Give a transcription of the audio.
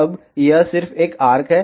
अब यह सिर्फ एक आर्क है